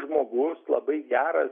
žmogus labai geras